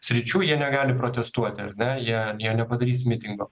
sričių jie negali protestuoti ar ne jie jie nepadarys mitingo